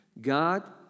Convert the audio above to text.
God